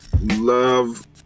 Love